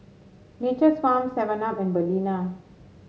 Nature's Farm Seven Up and Balina